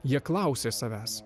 jie klausė savęs